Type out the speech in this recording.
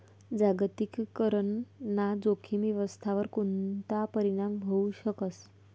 जागतिकीकरण ना जोखीम व्यवस्थावर कोणता परीणाम व्हवू शकस